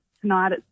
tonight